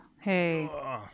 Hey